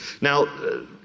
Now